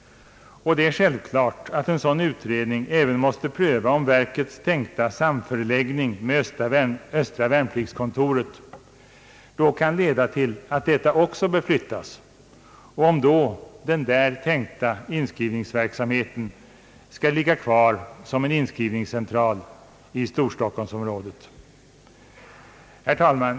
Det är självklart att en sådan utredning även måste pröva om verkets tänkta samförläggning med östra värnpliktskontoret kan leda till att detta också bör flyttas och om då den där tänkta inskrivningsverksamheten skall ligga kvar som en inskrivningscentral i storstockholmsområdet. Herr talman!